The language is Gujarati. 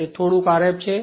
તે થોડુક Rf છે